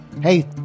Hey